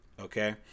okay